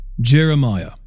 Jeremiah